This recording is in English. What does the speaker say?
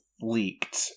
leaked